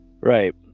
Right